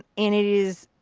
and it is.